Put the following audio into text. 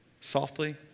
softly